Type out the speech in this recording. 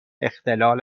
اختلال